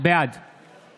בעד